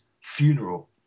funeral